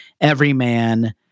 everyman